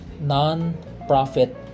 non-profit